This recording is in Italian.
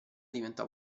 diventò